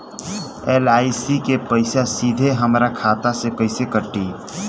LIC के पईसा सीधे हमरा खाता से कइसे कटी?